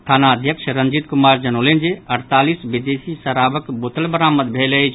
थानाध्यक्ष रंजीत कुमार जनौलनि जे अड़तालीस विदेशी शराबक बोतल बरामद भेल अछि